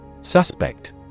Suspect